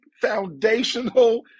foundational